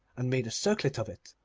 and made a circlet of it,